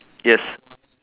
yes